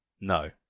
No